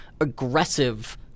aggressive